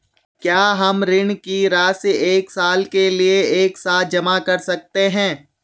क्या हम ऋण की राशि एक साल के लिए एक साथ जमा कर सकते हैं?